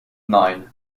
nine